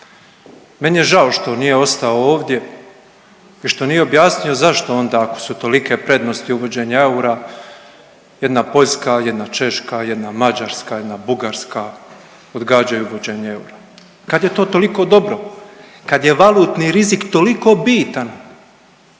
meni je žao što nije ostao ovdje i što nije objasnio zašto onda ako su tolike prednosti uvođenja eura jedna Poljska, jedna Češka, jedna Mađarska, jedna Bugarska odgađaju uvođenje eura kad je to toliko dobro, kad je valutni rizik toliko bitan?